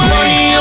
Money